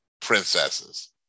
princesses